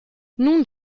nun